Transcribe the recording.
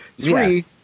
Three